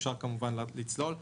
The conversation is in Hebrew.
אפשר לצלול לאחר מכן.